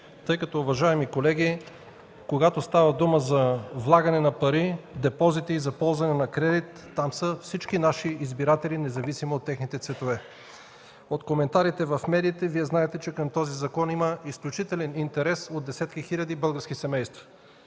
тъй като, уважаеми колеги, когато става дума за влагане на пари, депозити и за ползване на кредит, там са всички наши избиратели, независимо от техните цветове. От коментарите в медиите Вие знаете, че към този закон има изключителен интерес от десетки хиляди български семейства.